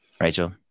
Rachel